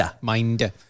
mind